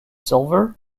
silver